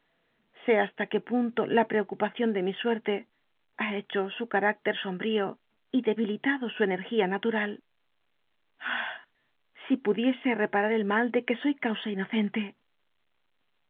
sé hasla qué punto la preocupacion de mi suerte ha hecho su cartíclcr sombrío y debilitado su energía natural ah si pudiese reparar el mal ele que soy causa inocente